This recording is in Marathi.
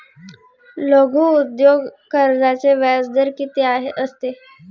लघु उद्योग कर्जाचे व्याजदर किती असते?